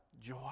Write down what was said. joy